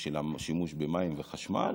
ושל השימוש במים וחשמל,